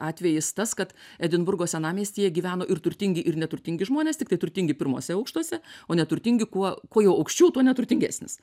atvejis tas kad edinburgo senamiestyje gyveno ir turtingi ir neturtingi žmonės tiktai turtingi pirmuose aukštuose o neturtingi kuo kuo jau aukščiau tuo neturtingesnis